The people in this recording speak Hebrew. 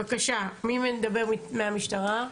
בבקשה, מי מדבר מהמשטרה?